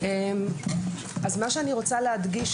מה שאני רוצה להדגיש,